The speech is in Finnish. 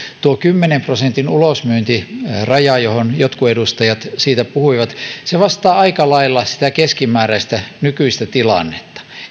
tuo kymmenen prosentin ulosmyyntiraja josta jotkut edustajat puhuivat vastaa aika lailla sitä keskimääräistä nykyistä tilannetta